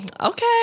okay